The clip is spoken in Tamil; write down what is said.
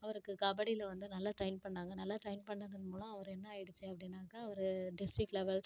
அவருக்கு கபடியில் வந்து நல்லா ட்ரெயின் பண்ணாங்கள் நல்லா ட்ரெயின் பண்ணது மூலம் அவரு என்ன ஆகிடிச்சி அப்படினாக்கா அவர் டிஸ்டிக் லெவல்